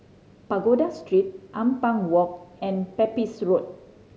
Pagoda Street Ampang Walk and Pepys Road